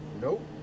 Nope